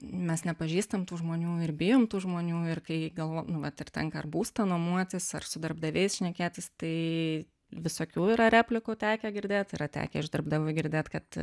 mes nepažįstam tų žmonių ir bijom tų žmonių ir kai galva nu vat ir tenka ar būstą nuomotis ar su darbdaviais šnekėtis tai visokių yra replikų tekę girdėt yra tekę iš darbdavių girdėt kad